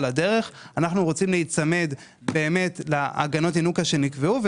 אלא להיצמד באמת להגנות הינוקא שנקבעו,